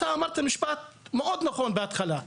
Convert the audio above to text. אתה אמרת משפט מאוד נכון בהתחלה.